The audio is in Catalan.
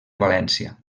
valència